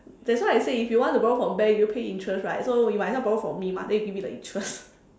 that's why I say if you want to borrow from bank you pay interest right so you might as well borrow from me mah then you give me the interest